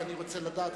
אני רוצה לדעת,